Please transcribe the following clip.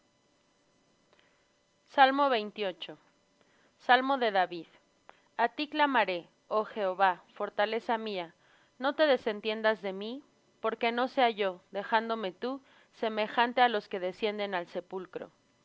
á jehová salmo de david a ti clamaré oh jehová fortaleza mía no te desentiendas de mí porque no sea yo dejándome tú semejante á los que descienden al sepulcro